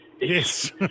Yes